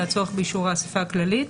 מהצורך באישור האספה הכללית.